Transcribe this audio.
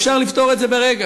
אפשר לפתור את זה ברגע.